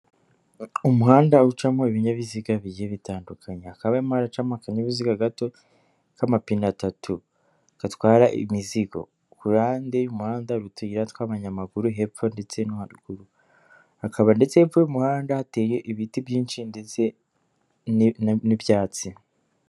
Umuhanda ucamo ibinyabiziga bigiye bitandukanye. Hakaba harimo haracamo akanyabiziga gato k'amapine atatu gatwara imizigo. Ku ruhande y'umuhanda hari utuyira tw'abanyamaguru, hepfo ndetse no haruguru. Haba hepfo y'umuhanda hateye ibiti byinshi ndetse n'ibyatsi.